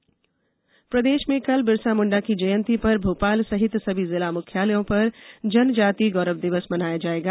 बिरसा मुंडा प्रदेश में कल बिरसा मुण्डा की जयन्तीं पर भोपाल सहित सभी जिला मुख्यालयों पर ष्जनजाति गौरव दिवसण मनाया जाएगा